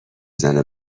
زنه